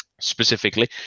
specifically